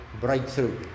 breakthrough